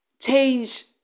change